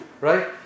Right